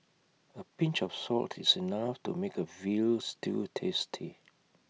A pinch of salt is enough to make A Veal Stew tasty